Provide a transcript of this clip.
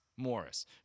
Morris